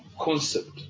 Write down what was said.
concept